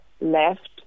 left